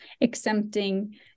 exempting